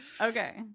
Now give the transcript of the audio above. okay